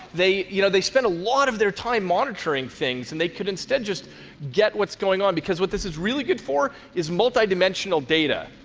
they you know they spend a lot of their time monitoring things, and they could instead just get what's going on, because what this is really good for is multidimensional data.